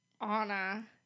Anna